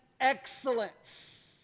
excellence